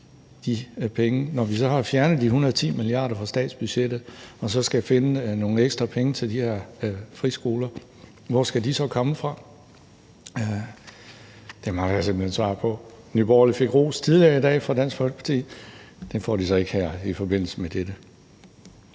Når vi så har fjernet de 110 mia. kr. fra statsbudgettet og skal finde nogle ekstra penge til de her friskoler, hvor skal de så komme fra? Det mangler jeg simpelt hen et svar på. Nye Borgerlige fik ros tidligere i dag fra Dansk Folkeparti. Det får de så ikke her i forbindelse med dette.